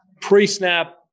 pre-snap